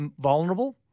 vulnerable